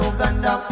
Uganda